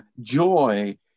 joy